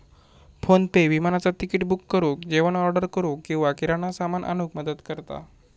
PhonePe विमानाचा तिकिट book करुक, जेवण ऑर्डर करूक किंवा किराणा सामान आणूक मदत करता